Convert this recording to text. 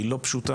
היא לא פשוטה,